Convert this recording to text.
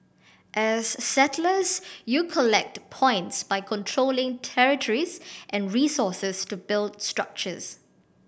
as settlers you collect points by controlling territories and resources to build structures